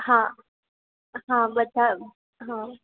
હા હા બધા હા